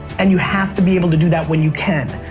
and you have to be able to do that when you can.